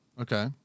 okay